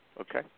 Okay